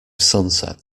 sunset